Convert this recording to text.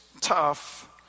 tough